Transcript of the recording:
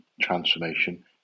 transformation